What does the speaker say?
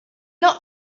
not